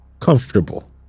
comfortable